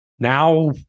Now